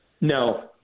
No